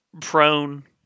prone